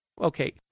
okay